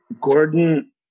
Gordon